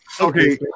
Okay